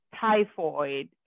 typhoid